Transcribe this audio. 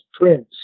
Prince